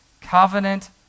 covenant